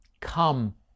come